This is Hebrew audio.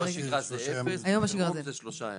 בשגרה זה אפס, בחירום זה שלושה ימים.